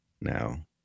Now